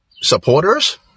supporters